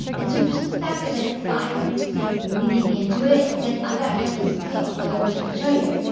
and so just the fact of like five minutes a day breathing into it, it's like i've got kegels of steel. like i wish i could show you,